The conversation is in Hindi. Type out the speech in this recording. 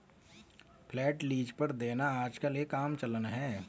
फ्लैट लीज पर देना आजकल एक आम चलन है